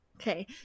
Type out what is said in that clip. Okay